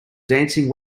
dancing